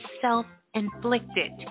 self-inflicted